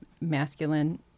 masculine